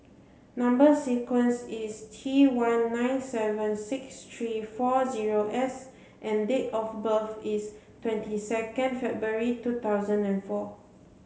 number sequence is T one nine seven six three four zero S and date of birth is twenty second February two thousand and four